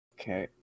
Okay